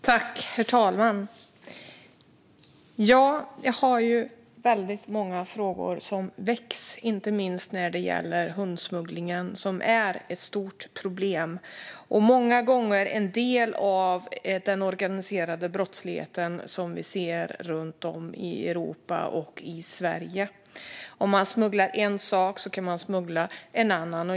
Herr talman! Jag har väldigt många frågor som väcks, inte minst när det gäller hundsmugglingen. Den är ett stort problem och många gånger en del av den organiserade brottslighet som vi ser runt om i Europa och i Sverige. Om man smugglar en sak kan man smuggla en annan.